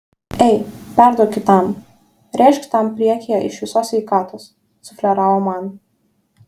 ei perduok kitam rėžk tam priekyje iš visos sveikatos sufleravo man